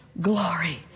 glory